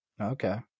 Okay